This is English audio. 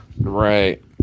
Right